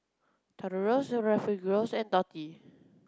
Taurus Refugio and Dotty